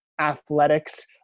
athletics